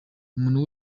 umuntu